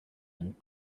and